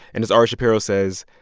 and as ari shapiro says,